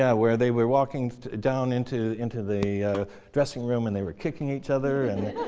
yeah where they were walking down into into the dressing room, and they were kicking each other. and